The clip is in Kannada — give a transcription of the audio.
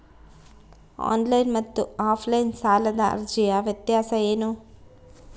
ಆನ್ಲೈನ್ ಮತ್ತು ಆಫ್ಲೈನ್ ಸಾಲದ ಅರ್ಜಿಯ ವ್ಯತ್ಯಾಸ ಏನು?